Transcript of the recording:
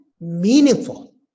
meaningful